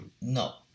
No